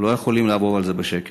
לא יכולים לעבור על זה בשקט,